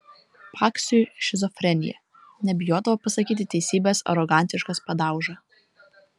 paksiui šizofrenija nebijodavo pasakyti teisybės arogantiškas padauža